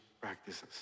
practices